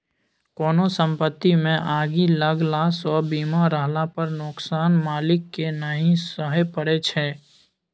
कोनो संपत्तिमे आगि लगलासँ बीमा रहला पर नोकसान मालिककेँ नहि सहय परय छै